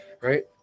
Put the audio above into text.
right